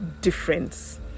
difference